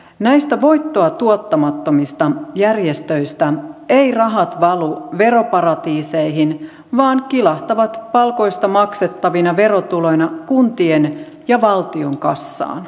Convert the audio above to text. näistä voittoa tuottamattomista järjestöistä eivät rahat valu veroparatiiseihin vaan kilahtavat palkoista maksettavina verotuloina kuntien ja valtion kassaan